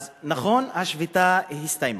נכון, השביתה הסתיימה,